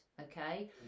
okay